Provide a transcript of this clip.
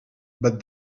but